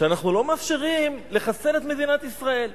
שאנחנו לא מאפשרים לחסל את מדינת ישראל,